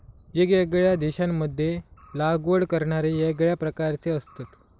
येगयेगळ्या देशांमध्ये लागवड करणारे येगळ्या प्रकारचे असतत